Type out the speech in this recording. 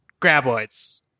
Graboids